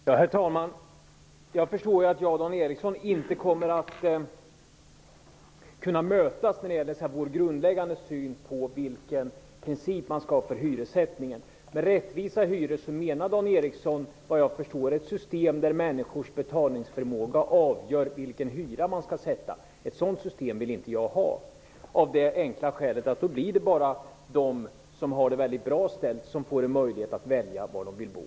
Herr talman! Jag förstår att Dan Eriksson i Stockholm och jag inte kommer att mötas i den grundläggande synen på vilken princip man skall ha för hyressättningen. Med rättvisa hyror menar Dan Eriksson vad jag förstår ett system där människors betalningsförmåga avgör vilken hyra man skall sätta. Ett sådant system vill inte jag ha, av det enkla skälet att då blir det bara de som har det väldigt bra ställt som får möjlighet att välja var de vill bo.